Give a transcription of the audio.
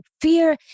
fear